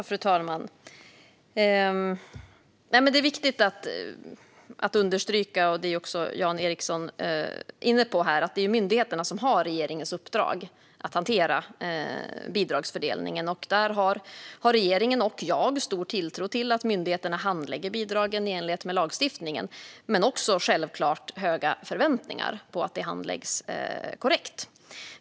Fru talman! Det är viktigt att understryka, vilket Jan Ericson också är inne på, att det är myndigheterna som har regeringens uppdrag att hantera bidragsfördelningen. Där har regeringen och jag stor tilltro till att myndigheterna handlägger bidragen i enlighet med lagstiftningen. Vi har självklart också höga förväntningar på att det handläggs korrekt.